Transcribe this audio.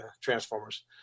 Transformers